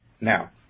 Now